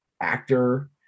actor